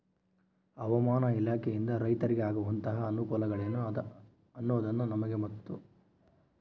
ಹವಾಮಾನ ಇಲಾಖೆಯಿಂದ ರೈತರಿಗೆ ಆಗುವಂತಹ ಅನುಕೂಲಗಳೇನು ಅನ್ನೋದನ್ನ ನಮಗೆ ಮತ್ತು?